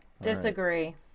disagree